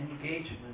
engagement